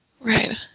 Right